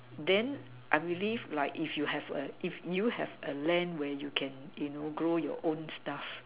then I believe like if you have a if you have a land where you can you know grow your own stuff